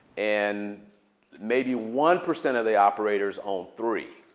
and maybe one percent of the operators own three.